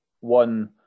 one